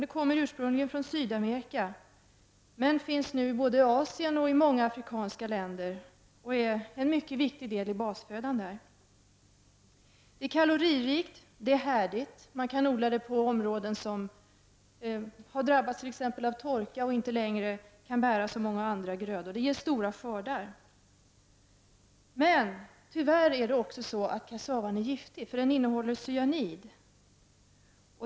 Det kommer ursprungligen från Sydamerika men finns nu i både Asien och i många afrikanska länder och utgör en mycket viktig del av basfödan där. Den är kaloririk, härdig och man kan odla den på områden som t.ex. har drabbats av torka och inte längre kan bära så många andra grödor. Den ger stora skördar. Tyvärr är kassavan giftig, den innehåller cyanid.